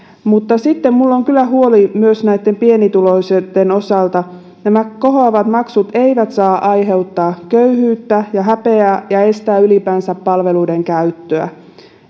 mutta sitten minulla on kyllä huoli myös pienituloisten osalta nämä kohoavat maksut eivät saa aiheuttaa köyhyyttä ja häpeää ja estää ylipäänsä palveluiden käyttöä